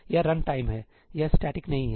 यह रनटाइम है यह स्टैटिक नहीं है